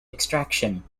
extraction